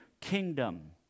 kingdom